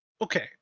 Okay